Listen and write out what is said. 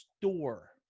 Store